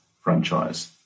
franchise